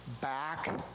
back